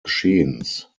geschehens